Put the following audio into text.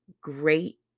great